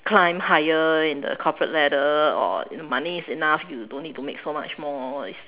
climb higher in the corporate ladder or money is enough you don't need to make so much more is